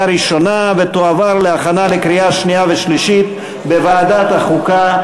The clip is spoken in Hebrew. להכנה לקריאה שנייה ושלישית בוועדת החוקה,